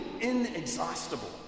inexhaustible